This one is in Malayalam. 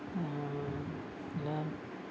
പിന്നെ